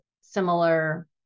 similar